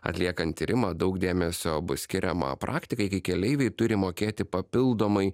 atliekant tyrimą daug dėmesio bus skiriama praktikai kai keleiviai turi mokėti papildomai